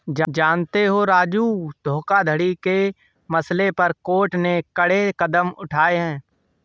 जानते हो राजू बंधक धोखाधड़ी के मसले पर कोर्ट ने कड़े कदम उठाए हैं